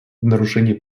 нарушение